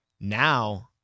Now